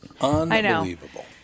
Unbelievable